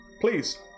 please